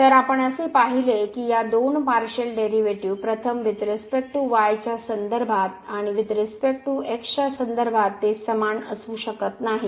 तर आपण असे पाहिले आहे की या दोन पार्शियल डेरीवेटीव प्रथम वुईथ रिसपेक्ट टू y च्या संदर्भात आणि वुईथ रिसपेक्ट टू x च्या संदर्भात ते समान असू शकत नाहीत